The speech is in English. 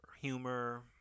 humor